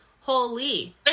Holy